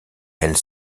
elle